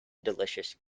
delicious